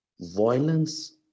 violence